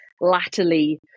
latterly